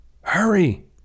Hurry